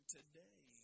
Today